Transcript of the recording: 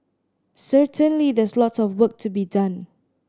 certainly there's lot of work to be done